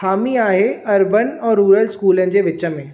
ख़ामी आहे अरबन ऐं रूरल स्कूलनि जे विच में